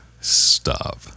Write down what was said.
Stop